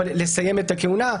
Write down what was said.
לסיים את הכהונה.